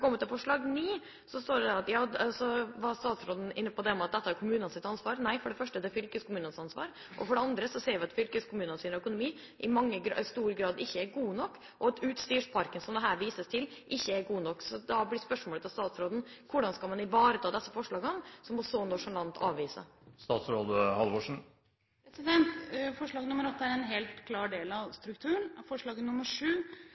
var statsråden inne på at dette er kommunenes ansvar. Nei, for det første er det fylkeskommunenes ansvar. For det andre ser vi at fylkeskommunenes økonomi i stor grad ikke er god nok, og at utstyrsparken, som det her vises til, ikke er god nok. Da blir spørsmålet til statsråden: Hvordan skal man ivareta disse forslagene som hun så nonsjalant avviser? Punkt 8 i forslaget er en helt klar del av